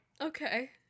okay